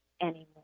anymore